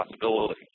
possibility